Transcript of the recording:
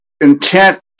intent